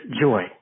joy